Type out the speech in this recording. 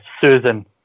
Susan